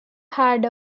had